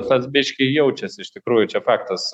tas biškį jaučiasi iš tikrųjų čia faktas